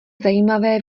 zajímavé